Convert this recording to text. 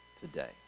today